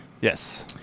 Yes